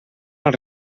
als